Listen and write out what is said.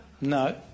no